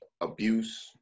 abuse